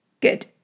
Good